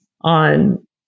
On